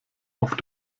auf